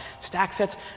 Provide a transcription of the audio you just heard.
StackSets